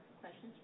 questions